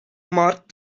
mark